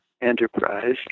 enterprise